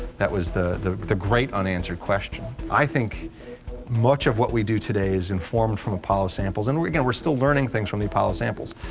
that was the the great unanswered question. i think much of what we do today is informed from apollo samples, and we're you know we're still learning things from the apollo samples.